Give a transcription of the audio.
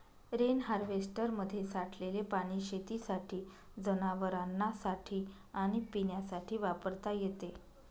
rain हार्वेस्टरमध्ये साठलेले पाणी शेतीसाठी, जनावरांनासाठी आणि पिण्यासाठी वापरता येते